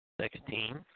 sixteen